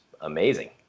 amazing